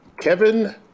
Kevin